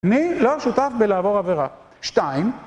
מי לא שותף בלעבור עבירה? שתיים.